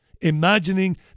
imagining